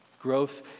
Growth